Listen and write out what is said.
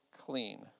clean